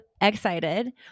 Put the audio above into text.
excited